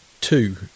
two